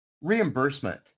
reimbursement